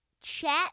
Chat